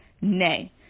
Nay